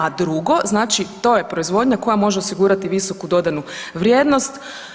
A drugo, znači to je proizvodnja koja može osigurati visoku dodanu vrijednost.